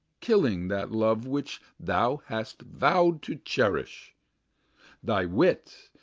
killing that love which thou hast vow'd to cherish thy wit,